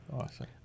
Awesome